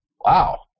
Wow